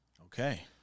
Okay